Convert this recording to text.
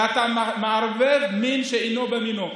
ואתה מערבב מין בשאינו מינו.